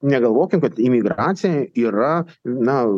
negalvokim kad imigracija yra na